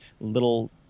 little